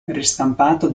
ristampato